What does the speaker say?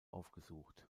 aufgesucht